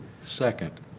second.